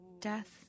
death